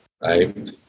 right